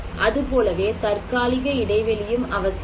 அதுபோலவே தற்காலிக இடைவெளியும் அவசியம்